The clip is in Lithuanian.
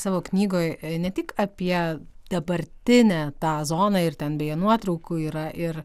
savo knygoj ne tik apie dabartinę tą zoną ir ten beje nuotraukų yra ir